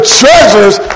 treasures